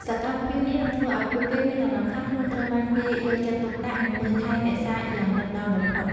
សកម្មភាពនេះនឹងធ្វើឲ្យពួកគេមានអារម្មណ៍ថាខ្លួនត្រូវបានគេយកចិត្តទុកដាក់និងមើលថែរក្សាយ៉ាងដិតដល់បំផុត។